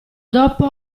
dopo